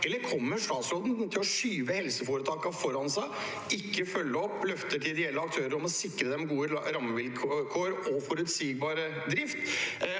Eller kommer statsråden til å skyve helseforetakene foran seg og ikke følge opp løfter til ideelle aktører om å sikre dem gode rammevilkår og forutsigbar drift?